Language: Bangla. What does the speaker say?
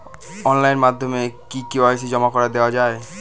অনলাইন মাধ্যমে কি কে.ওয়াই.সি জমা করে দেওয়া য়ায়?